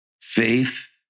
faith